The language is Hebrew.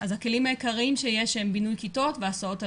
אז הכלים העיקריים שיש הם בינוי כיתות והסעות תלמידים.